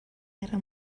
guerra